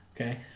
Okay